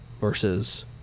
versus